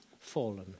fallen